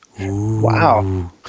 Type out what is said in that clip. wow